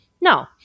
No